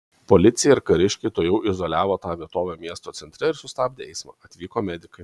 policija ir kariškiai tuojau izoliavo tą vietovę miesto centre ir sustabdė eismą atvyko medikai